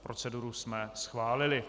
Proceduru jsme schválili.